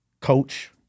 Coach